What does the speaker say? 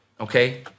okay